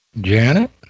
Janet